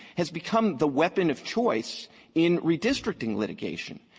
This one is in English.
has become the weapon of choice in redistricting litigation,